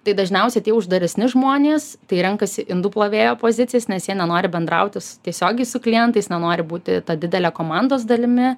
tai dažniausiai tie uždaresni žmonės tai renkasi indų plovėjo pozicijas nes jie nenori bendrauti su tiesiogiai su klientais nenori būti ta didele komandos dalimi